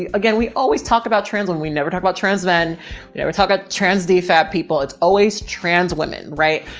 ah again, we always talk about trans men. we never talk about trans men, we never talk about trans defat people. it's always trans women, right?